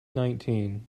nineteen